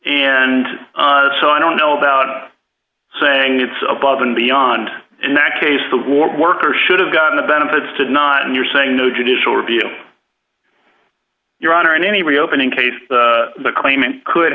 d so i don't know about saying it's above and beyond in that case the ward worker should have gotten the benefits did not and you're saying no judicial review your honor in any reopening case the claimant could